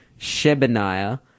Shebaniah